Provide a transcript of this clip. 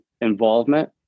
involvement